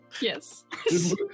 Yes